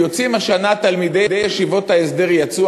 יוצאים השנה תלמידי ישיבות ההסדר יצאו,